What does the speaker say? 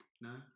No